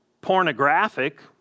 pornographic